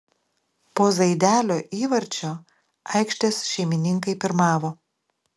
po zaidelio įvarčio aikštės šeimininkai pirmavo